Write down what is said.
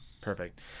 Perfect